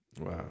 Wow